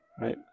Right